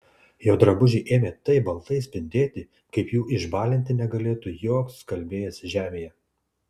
jo drabužiai ėmė taip baltai spindėti kaip jų išbalinti negalėtų joks skalbėjas žemėje